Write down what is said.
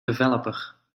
developer